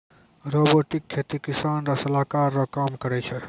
robotic खेती किसान रो सलाहकार रो काम करै छै